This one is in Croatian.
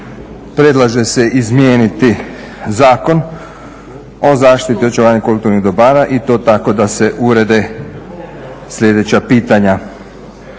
predlaže se izmijeniti Zakon o zaštiti očuvanja kulturnih dobara i to tako da se urede sljedeća pitanja.